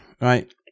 right